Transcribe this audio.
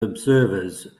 observers